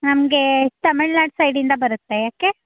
ನಮಗೆ ತಮಿಳ್ನಾಡು ಸೈಡಿಂದ ಬರುತ್ತೆ ಯಾಕೆ